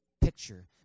picture